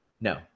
no